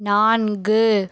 நான்கு